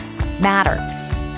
matters